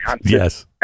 yes